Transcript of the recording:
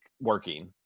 working